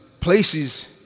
places